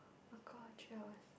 three hours